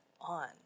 on